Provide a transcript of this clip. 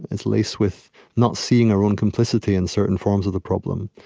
it's laced with not seeing our own complicity in certain forms of the problem,